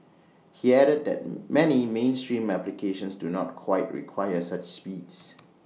he added that many mainstream applications do not quite require such speeds